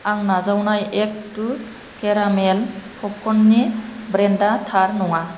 आं नाजावनाय egg to caramel प'पकर्ननि ब्रेन्डा थार नङा